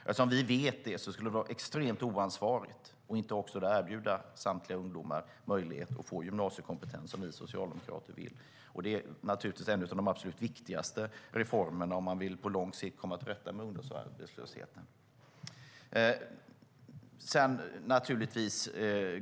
Eftersom vi vet det skulle det vara extremt oansvarigt att inte erbjuda samtliga ungdomar möjlighet till gymnasiekompetens, som vi socialdemokrater vill. Det är naturligtvis en av de absolut viktigaste reformerna om man på lång sikt vill komma till rätta med ungdomsarbetslösheten.